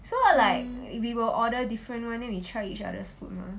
so like we will order different one day we try each other's food mah